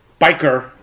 biker